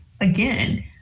again